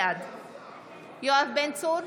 בעד יואב בן צור,